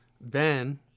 Ben